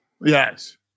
yes